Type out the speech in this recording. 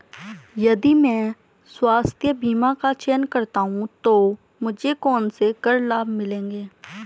यदि मैं स्वास्थ्य बीमा का चयन करता हूँ तो मुझे कौन से कर लाभ मिलेंगे?